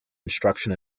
instruction